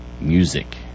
music